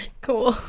Cool